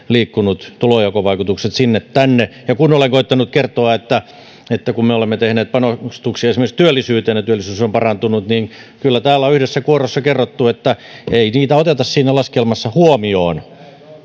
liikkuneet tulonjakovaikutukset sinne tänne ja kun olen koettanut kertoa että me olemme tehneet panostuksia esimerkiksi työllisyyteen ja työllisyys on parantunut että kyllä täällä on yhdessä kuorossa kerrottu että ei niitä oteta siinä laskelmassa huomioon